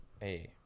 hey